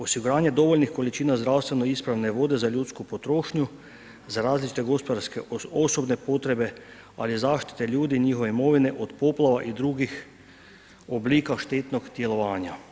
Osiguranje dovoljnih količina zdravstveno ispravne vode za ljudsku potrošnju, za različite gospodarske osobe potrebe ali i zaštite ljudi, njihove imovine od poplava i drugih oblika štetnog djelovanja.